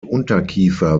unterkiefer